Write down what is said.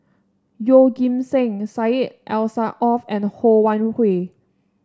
Yeoh Ghim Seng Syed Alsagoff and Ho Wan Hui